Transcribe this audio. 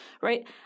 right